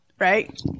right